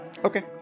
Okay